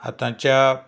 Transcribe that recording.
आतांच्या